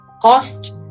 cost